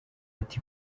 ati